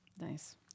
Nice